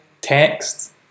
text